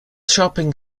shopping